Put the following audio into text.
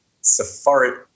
safari